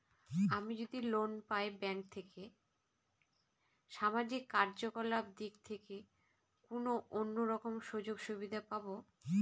আমি যদি লোন পাই ব্যাংক থেকে সামাজিক কার্যকলাপ দিক থেকে কোনো অন্য রকম সুযোগ সুবিধা পাবো?